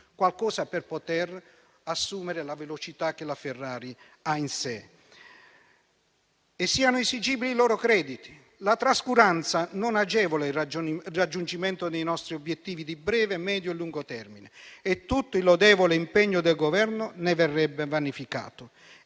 alla Ferrari di assumere la velocità che ha in sé) e siano esigibili i loro crediti. La trascuranza non agevola il raggiungimento dei nostri obiettivi di breve, medio e lungo termine e tutto il lodevole impegno del Governo ne verrebbe vanificato.